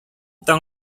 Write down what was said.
таң